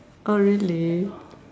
oh really